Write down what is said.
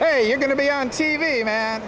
hey you're going to be on t v man